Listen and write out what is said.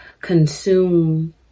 consume